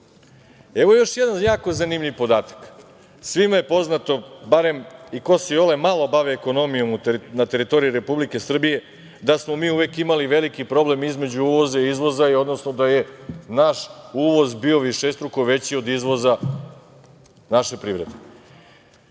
evo još jedan jako zanimljiv podatak svima je poznato, barem i ko se iole i malo bavi ekonomijom na teritoriji Republike Srbije da smo mi uvek imali veliki problem između uvoza i izvoza, odnosno da je naš uvoz bio višestruko veći od izvoza vaše privrede. Uvoz,